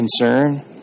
concern